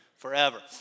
Forever